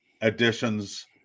additions